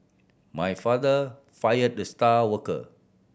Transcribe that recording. my father fire the star worker